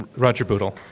roger bootle.